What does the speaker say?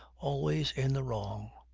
always in the wrong,